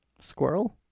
squirrel